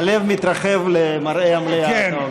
הלב מתרחב למראה המליאה, אתה אומר.